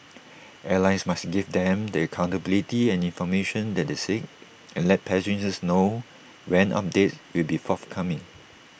airlines must give them the accountability and information that they seek and let passengers know when updates will be forthcoming